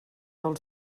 del